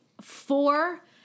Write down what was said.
four